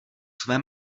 své